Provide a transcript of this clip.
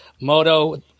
Moto